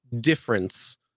difference